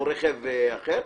או רכב אחר,